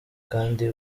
kandi